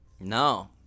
No